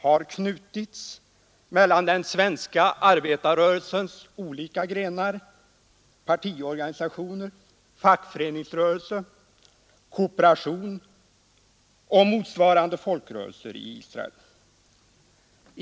har knutits mellan den svenska arbetarrörelsens olika grenar — partiorganisationer, fackföreningsrörelse, kooperation — och motsvarande folkrörelser i Israel.